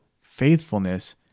faithfulness